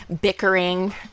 bickering